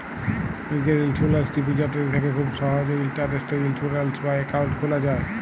লীজের insurance depository থ্যাকে খুব সহজেই ইলটারলেটে ইলসুরেলস বা একাউল্ট খুলা যায়